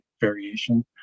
variation